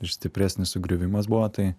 ir stipresnis sugriuvimas buvo tai